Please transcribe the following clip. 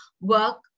work